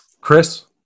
Chris